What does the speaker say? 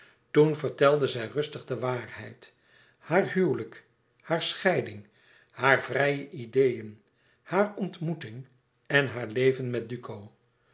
toen vertelde zij rustig de waarheid haar huwelijk hare scheiding hare vrije ideeën hare ontmoeting en haar leven met duco